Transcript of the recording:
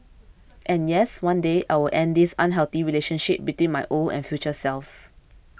and yes one day I will end this unhealthy relationship between my old and future selves